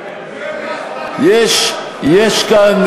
יש כאן,